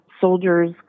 soldiers